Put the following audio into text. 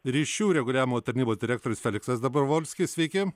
ryšių reguliavimo tarnybos direktorius feliksas dobrovolskis sveiki